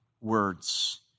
words